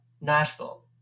Nashville